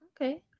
Okay